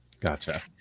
gotcha